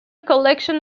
collection